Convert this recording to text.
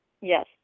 Yes